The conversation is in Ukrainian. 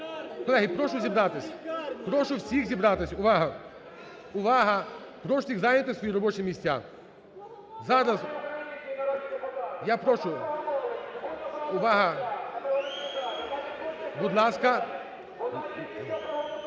Колеги, прошу зібратись, прошу всіх зібратись. Увага, увага! Прошу всіх зайняти свої робочі місця. Зараз, я прошу. Увага! Будь ласка. (Шум у залі) Будь ласка,